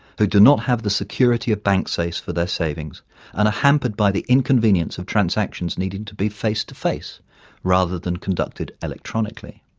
who do not have the security of bank safes for their savings and are hampered by the inconvenience of transactions needing to be face-to-face rather than conducted electronically.